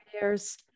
years